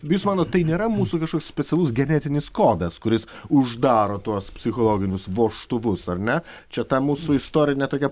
jūs manot tai nėra mūsų kažkoks specialus genetinis kodas kuris uždaro tuos psichologinius vožtuvus ar ne čia ta mūsų istorinė tokia